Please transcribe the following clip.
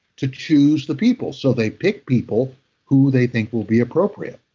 to choose the people. so, they pick people who they think will be appropriate.